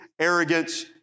arrogance